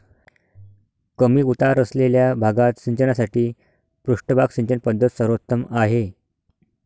कमी उतार असलेल्या भागात सिंचनासाठी पृष्ठभाग सिंचन पद्धत सर्वोत्तम आहे